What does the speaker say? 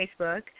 Facebook